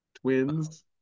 twins